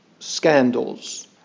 Scandals